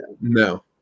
No